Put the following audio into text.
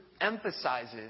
emphasizes